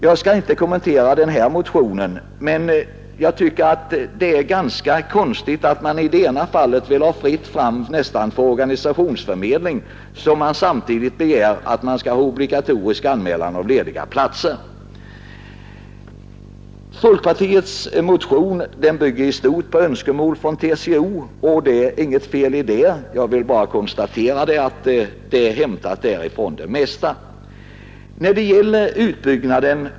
Jag skall inte kommentera denna motion, men det är ganska konstigt, att man i det ena fallet nästan vill ha fritt fram för organisationsförmedling samtidigt som man begär en obligatorisk anmälan om lediga platser. Folkpartiets motion bygger i stort sett på önskemål från TCO, och däri ligger inget fel. Jag vill bara konstatera att det mesta är hämtat därifrån.